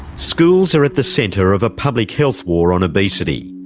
schools are at the centre of a public health war on obesity.